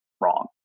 wrong